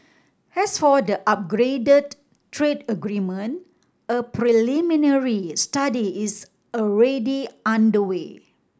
as for the upgraded trade agreement a preliminary study is already underway